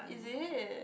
is it